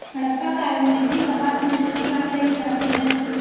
हड़प्पा काल में भी कपास मिलने की बात कही जाती है